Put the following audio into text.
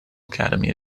academy